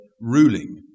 ruling